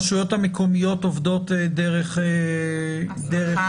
הרשויות המקומיות עובדות דרך --- הרשויות,